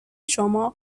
شما